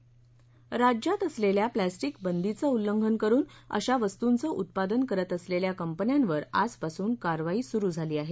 plastic बंदी राज्यात असलेल्या प्लॅस्टिक बंदीचं उल्लंघन करुन अशा वस्तूंचं उत्पादन करत असलेल्या कंपन्यांवर आजपासून कारवाई सुरू झाली आहे